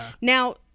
now